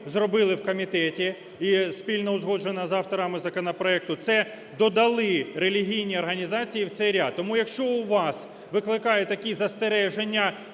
зробили в комітеті і спільно узгоджена з авторами законопроекту, це додали релігійні організації в цей ряд. Тому, якщо у вас викликає такі застереження